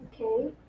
Okay